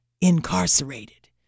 incarcerated